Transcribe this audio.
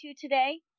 today